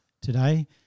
Today